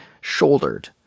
Shouldered